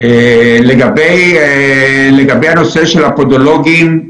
לגבי הנושא של הפדוליגים,